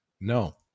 no